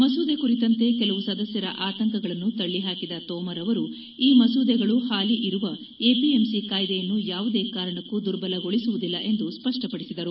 ಮಸೂದೆ ಕುರಿತಂತೆ ಕೆಲವು ಸದಸ್ನರ ಆತಂಕಗಳನ್ನು ತಳ್ಳಿ ಹಾಕಿದ ತೋಮರ್ ಅವರು ಈ ಮಸೂದೆಗಳು ಹಾಲಿ ಇರುವ ಎಪಿಎಂಸಿ ಕಾಯ್ದೆಯನ್ನು ಯಾವುದೇ ಕಾರಣಕ್ಕೂ ದುರ್ಬಲಗೊಳಿಸುವುದಿಲ್ಲ ಎಂದು ಸ್ಪಷ್ಟಪಡಿಸಿದರು